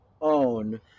own